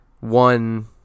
one